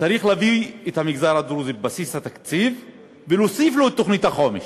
צריך להביא את המגזר הדרוזי בבסיס התקציב ולהוסיף לו את תוכנית החומש.